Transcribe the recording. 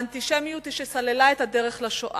האנטישמיות היא שסללה את הדרך לשואה.